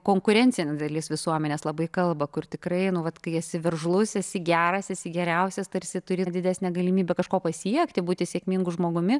konkurencija nes dalis visuomenės labai kalba kur tikrai nuolat kai esi veržlus esi geras esi geriausias tarsi turi didesnę galimybę kažko pasiekti būti sėkmingu žmogumi